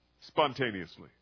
spontaneously